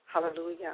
Hallelujah